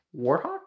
Warhawk